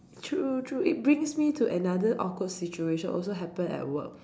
true true it brings me to another awkward situation also happened at work